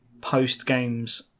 post-games